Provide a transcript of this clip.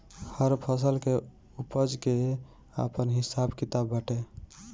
हर फसल के उपज के आपन हिसाब किताब बाटे